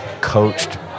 coached